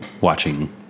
watching